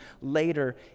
later